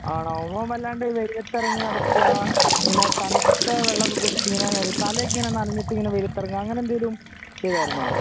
ആണോ മോൻ വല്ലാണ്ട് വെയിലത്തിറങ്ങി നടക്കുക ഇങ്ങനെ തണുത്ത വെള്ളം ഒക്കെ കുടിച്ച് ഇങ്ങനെ തലയൊക്കെ ഇങ്ങനെ നനഞ്ഞിട്ട് ഇങ്ങനെ വെയിലത്ത് ഇറങ്ങുക അങ്ങനെ എന്തെങ്കിലും ചെയ്തായിരുന്നോ